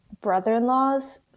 brother-in-law's